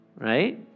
right